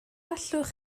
allwch